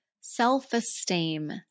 Self-esteem